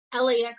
LAX